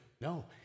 No